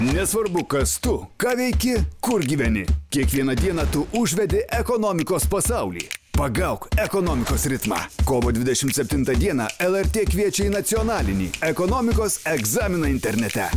nesvarbu kas tu ką veiki kur gyveni kiekvieną dieną tu užvedi ekonomikos pasaulį pagauk ekonomikos ritmą kovo dvidešimt septintą dieną lrt kviečia į nacionalinį ekonomikos egzaminą internete